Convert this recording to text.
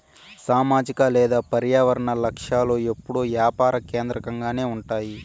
సామాజిక లేదా పర్యావరన లక్ష్యాలు ఎప్పుడూ యాపార కేంద్రకంగానే ఉంటాయి